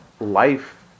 life